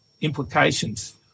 implications